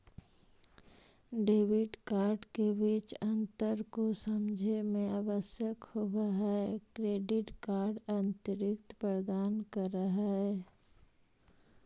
Debit card के बीच अंतर को समझे मे आवश्यक होव है क्रेडिट कार्ड अतिरिक्त प्रदान कर है?